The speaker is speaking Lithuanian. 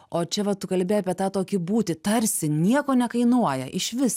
o čia va tu kalbi apie tą tokį būti tarsi nieko nekainuoja išvis